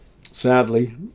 Sadly